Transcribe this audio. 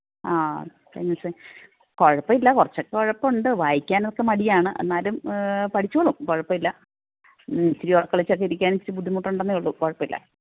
ആ കുഴപ്പമില്ല കുറച്ചൊക്കെ ഉഴപ്പുണ്ട് വായിക്കാനൊക്കെ മടിയാണ് എന്നാലും പഠിച്ചോളും കുഴപ്പമില്ല ഉം ഇത്തിരി ഉറക്കം ഇളച്ചൊക്കെ ഇരിക്കാന് ഇച്ചിരി ബുദ്ധിമുട്ട് ഉണ്ടെന്നെ ഉള്ളു കുഴപ്പമില്ല